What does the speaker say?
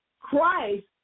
Christ